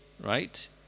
right